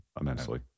immensely